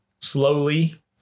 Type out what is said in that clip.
slowly